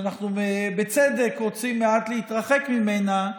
שאנחנו בצדק רוצים מעט להתרחק ממנה,